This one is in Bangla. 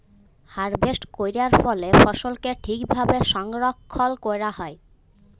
হারভেস্ট ক্যরার পরে ফসলকে ঠিক ভাবে সংরক্ষল ক্যরা হ্যয়